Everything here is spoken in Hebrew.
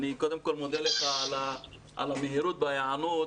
אני קודם כל מודה לך על המהירות בהיענות